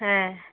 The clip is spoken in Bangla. হ্যাঁ